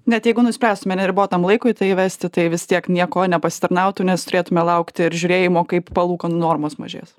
net jeigu nuspręstume neribotam laikui tai įvesti tai vis tiek niekuo nepasitarnautų nes turėtume laukti ir žiūrėjimo kaip palūkanų normos mažės